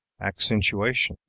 accentuation